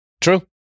True